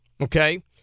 okay